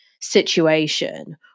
situation